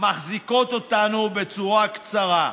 מחזיקים אותנו בצורה קצרה.